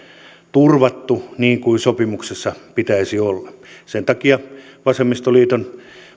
turvattu niin kuin sopimuksessa pitäisi olla sen takia vasemmistoliiton